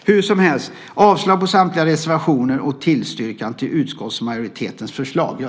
Hur som helst. Jag yrkar avslag på samtliga reservationer och bifall till utskottsmajoritetens förslag.